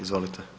Izvolite.